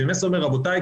זה מסר שאומר: רבותיי,